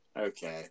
Okay